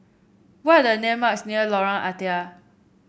what are the landmarks near Lorong Ah Thia